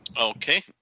Okay